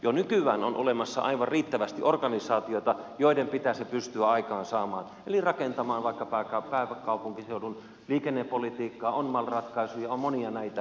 jo nykyään on olemassa aivan riittävästi organisaatioita joiden pitää se pystyä aikaansaamaan eli rakentamaan vaikka pääkaupunkiseudun liikennepolitiikkaa on mal rat kaisuja on monia näitä